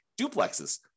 duplexes